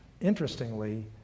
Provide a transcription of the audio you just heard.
interestingly